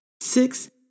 Six